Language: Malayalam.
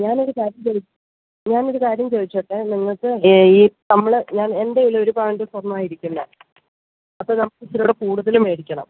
ഞാൻ ഒരു കാര്യം ചോദിക്കാൻ ഞാൻ ഒരു കാര്യം ചോദിച്ചോട്ടെ നിങ്ങൾക്ക് ഈ നമ്മൾ ഞാൻ എന്റെ കയ്യിൽ ഒരു പവൻ്റെ സ്വർണമാണ് ഇരിക്കുന്നത് അപ്പം നമുക്ക് ഇച്ചിരൂടെ കൂടുതൽ മേടിക്കണം